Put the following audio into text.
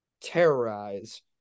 terrorize